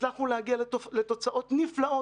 הצלחנו להגיע לתוצאות נפלאות.